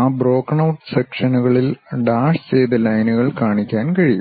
ആ broken out സെക്ഷനുകളിൽ ഡാഷ് ചെയ്ത ലൈനുകൾ കാണിക്കാൻ കഴിയും